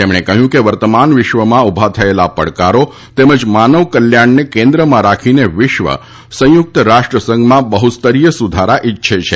તેમણે કહ્યું કે વર્તમાન વિશ્વમાં ઊભા થયેલા પડકારો તેમજ માનવ કલ્યાણને કેન્દ્રમાં રાખીને વિશ્વ સંયુક્ત રાષ્ટ્ર સંઘમાં બહ્સ્તરીય સુધારા ઇચ્છે છે